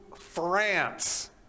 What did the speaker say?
France